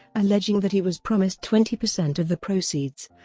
alleging that he was promised twenty percent of the proceeds,